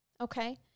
okay